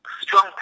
strong